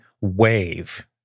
wave